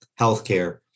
healthcare